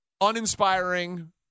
uninspiring